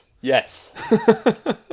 Yes